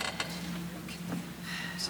חבריי חברי